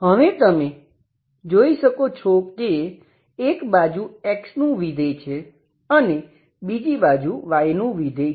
હવે તમે જોઈ શકો છો કે એક બાજુ x નું વિધેય છે અને બીજી બાજુ y નું વિધેય છે